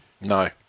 No